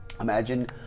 imagine